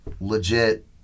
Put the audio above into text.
legit